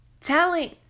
telling